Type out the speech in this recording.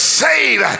save